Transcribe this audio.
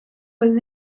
was